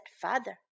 father